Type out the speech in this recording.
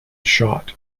shot